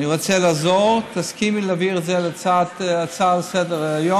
אני מציע לעזור: תסכימי להעביר את זה כהצעה לסדר-היום,